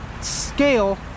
scale